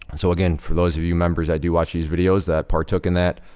and so, again, for those of you members that do watch these videos, that partook in that,